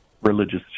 religious